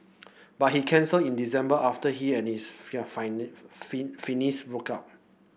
but he cancelled in December after he and his broke out